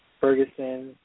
Ferguson